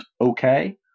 okay